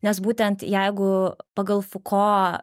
nes būtent jeigu pagal fuko